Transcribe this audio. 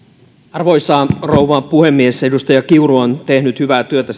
arvoisa rouva puhemies edustaja pauli kiuru on tehnyt hyvää työtä